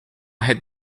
had